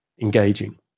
engaging